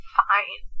fine